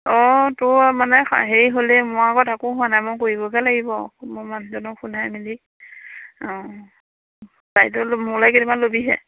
অ তোৰ মানে হেৰি হ'লে মই আকৌ তাকো হোৱা নাই কৰিবগে লাগিব মই মানুহজনক সোধাই মেলি অঁ মোলে কেইটামান ল'বিহে